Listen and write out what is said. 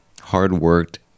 hard-worked